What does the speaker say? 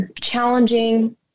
challenging